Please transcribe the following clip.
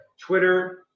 Twitter